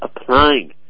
applying